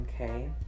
Okay